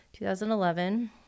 2011